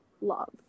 love